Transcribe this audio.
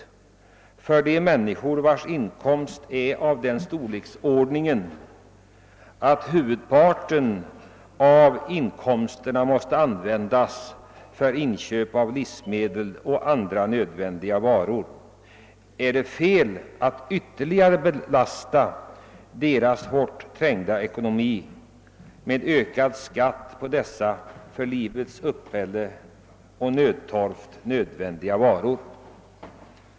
Med tanke på de människor vilkas inkomst är av den storleksordningen att huvudparten måste användas för inköp av livsmedel och andra nödvändiga varor, är det felaktigt att ytterligare belasta deras hårt trängda ekonomi genom skattehöjning på dessa för livets uppehälle och nödtorft nödvändiga varor.